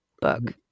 book